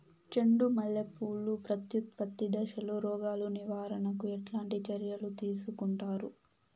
చెండు మల్లె పూలు ప్రత్యుత్పత్తి దశలో రోగాలు నివారణకు ఎట్లాంటి చర్యలు తీసుకుంటారు?